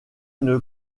une